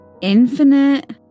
Infinite